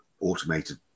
automated